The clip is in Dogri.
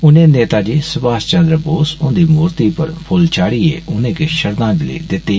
उनें नेताजी सुभाशचन्द्र बोस उन्दी मूर्ति पर फुल्ल चाढ़ियै उनेंगी श्रद्दांजलि दिती